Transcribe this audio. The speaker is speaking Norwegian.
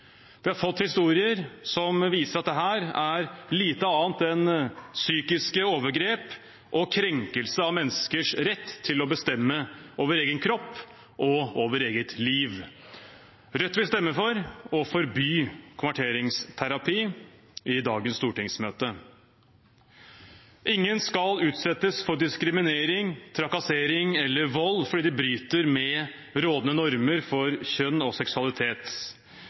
Vi har fått historier som viser at dette er lite annet enn psykiske overgrep mot og krenkelse av menneskers rett til å bestemme over egen kropp og over eget liv. Rødt vil i dagens stortingsmøte stemme for å forby konverteringsterapi. Ingen skal måtte utsettes for diskriminering, trakassering eller vold fordi man bryter med rådende normer for kjønn og seksualitet.